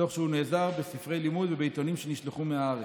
תוך שהוא נעזר בספרי לימוד ובעיתונים שנשלחו מהארץ.